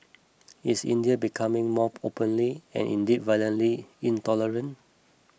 is India becoming more openly and indeed violently intolerant